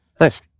Nice